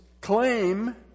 claim